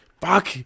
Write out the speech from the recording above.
Fuck